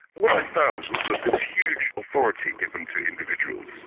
what i found was that there was huge authority given to individuals.